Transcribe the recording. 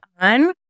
on